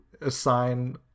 assign